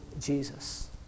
Jesus